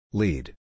lead